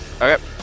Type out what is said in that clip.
Okay